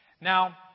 Now